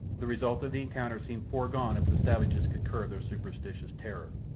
the result of the encounter seemed foregone if the savages could curb their superstitious terror,